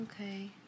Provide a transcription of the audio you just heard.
Okay